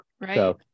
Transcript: right